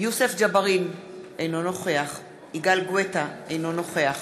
יוסף ג'בארין, אינו נוכח יגאל גואטה, אינו נוכח